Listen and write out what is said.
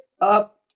up